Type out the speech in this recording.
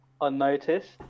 unnoticed